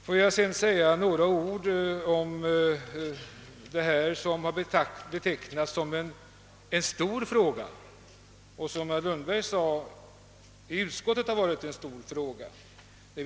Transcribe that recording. Jag vill sedan säga några ord om vad som har betecknats som en stor fråga och som enligt herr Lundberg har varit en stor fråga i utskottet.